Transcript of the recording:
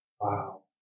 Wow